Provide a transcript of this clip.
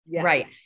Right